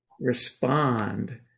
respond